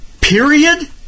period